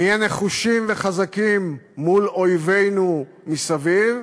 נהיה נחושים וחזקים מול אויבינו מסביב,